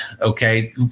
okay